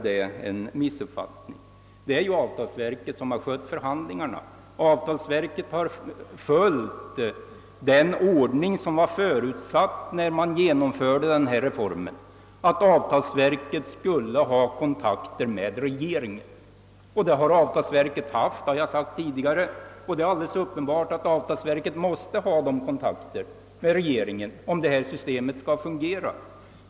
Det är ju avtalsverket som har skött förhandlingarna och det har följt den ordning som var förutsatt vid genomförandet av reformen, nämligen att avtalsverket skulle ha kontakter med regeringen. Detta har avtalsverket haft — såsom jag även tidigare framhållit — och det är uppenbart att det måste ha denna förbindelse med regeringen om systemet skall fungera.